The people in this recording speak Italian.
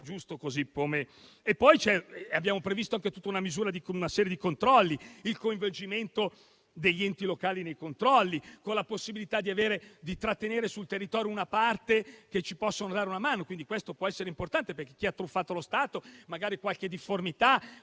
E poi abbiamo previsto una serie di controlli, il coinvolgimento degli enti locali nei controlli, con la possibilità di trattenere sul territorio una parte che ci possono dare una mano. Questo può essere importante, per controllare chi ha truffato lo Stato, magari qualche difformità